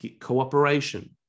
cooperation